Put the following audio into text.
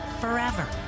forever